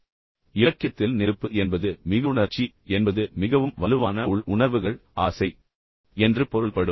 ஆனால் இலக்கியத்தில் நெருப்பு என்பது மிகுஉணர்ச்சி என்பது மிகவும் வலுவான உள் உணர்வுகள் ஆசை என்று பொருள்படும்